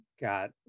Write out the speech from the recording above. got